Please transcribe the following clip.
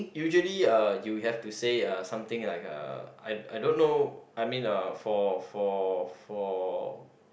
usually uh you have to say uh something like uh I I don't know I mean uh for for for